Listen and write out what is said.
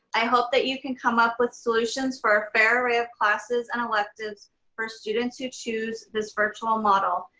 i hope that you can come up with solutions for a fair way of classes and electives for students who choose this virtual model.